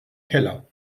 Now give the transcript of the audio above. keller